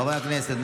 חברי הכנסת,